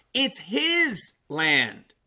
it's his land